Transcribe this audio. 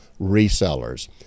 resellers